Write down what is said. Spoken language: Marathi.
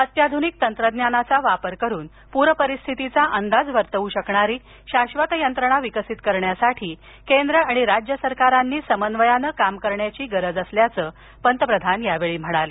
अत्याधूनिक तंत्रज्ञानाचा वापर करून पूर परिस्थितीचा अंदाज वर्तवू शकणारी शाश्वत यंत्रणा विकसित करण्यासाठी केंद्र आणि राज्य सरकारांनी समन्वयानं काम करण्याची गरज असल्याचं पंतप्रधान यावेळी म्हणाले